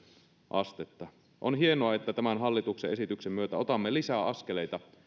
astetta on hienoa että tämän hallituksen esityksen myötä otamme lisää askeleita